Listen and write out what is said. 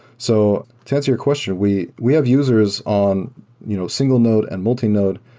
so, to answer your question. we we have users on you know single mode and multimode,